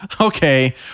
okay